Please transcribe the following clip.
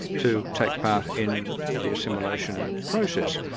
to take part in the assimilation process.